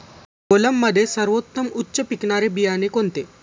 कोलममध्ये सर्वोत्तम उच्च पिकणारे बियाणे कोणते?